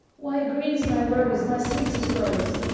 why grieves my rose, my sweetest rose?